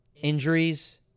injuries